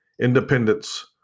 independence